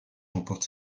remporte